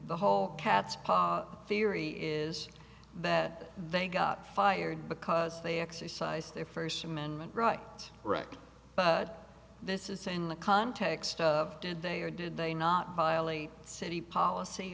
the whole cat's paw theory is that they got fired because they exercised their first amendment right but this is in the context of did they or did they not violate city policy